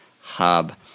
hub